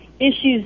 issues